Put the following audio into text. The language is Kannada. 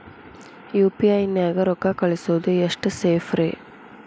ಯು.ಪಿ.ಐ ನ್ಯಾಗ ರೊಕ್ಕ ಕಳಿಸೋದು ಎಷ್ಟ ಸೇಫ್ ರೇ?